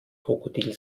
krokodil